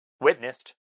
witnessed